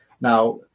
Now